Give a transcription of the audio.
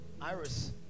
iris